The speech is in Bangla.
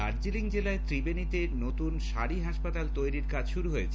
দার্জিলিং জেলার ত্রিবেণীতে নতুন সারি হাসপাতাল তৈরির কাজ শুরু হয়েছে